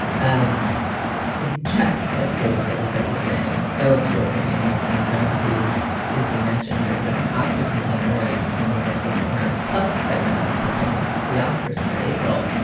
um is just as good as everybody is saying. so extraordinary in this. and as someone who is being mentioned as an oscar contender and and we'll we'll get to this in our plus segment about the postponement of the oscars till april.